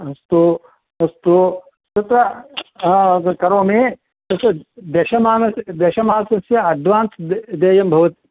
अस्तु अस्तु तत्र करोमि दश दशमानस दशमासस्य अड्वान्स् दे देयं भवति